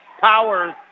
Powers